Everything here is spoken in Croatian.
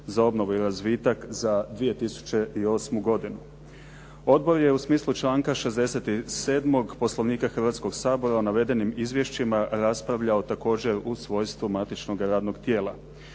za obnovu i razvitak za 2008. godinu. Odbor je u smislu članka 67. Poslovnika Hrvatskog sabora navedenim izvješćima raspravljao također u svojstvu matičnoga radnom tijela.